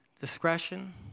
Discretion